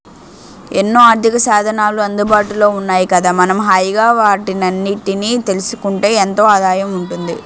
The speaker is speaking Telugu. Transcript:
ఎన్నో ఆర్థికసాధనాలు అందుబాటులో ఉన్నాయి కదా మనం హాయిగా వాటన్నిటినీ తెలుసుకుంటే ఎంతో ఆదాయం ఉంటుంది